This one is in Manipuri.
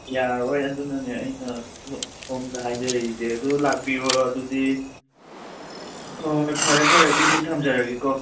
ꯌꯥꯔꯣꯏ ꯑꯗꯨꯅꯅꯦ ꯑꯩꯅ ꯁꯣꯝꯗ ꯍꯥꯏꯖꯔꯛꯏꯁꯦ ꯑꯗꯨ ꯂꯥꯛꯄꯤꯔꯣ ꯑꯗꯨꯗꯤ ꯍꯣꯏ ꯐꯔꯦ ꯐꯔꯦ ꯑꯗꯨꯗꯤ ꯊꯝꯖꯔꯒꯦꯀꯣ